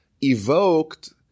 evoked